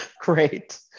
Great